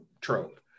trope